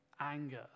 anger